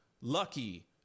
lucky